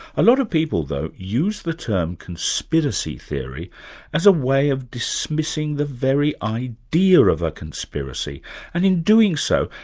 a lot of people, though, use the term conspiracy theory as a way of dismissing the very idea of a conspiracy and, in doing so,